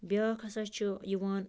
بیٛاکھ ہَسا چھُ یِوان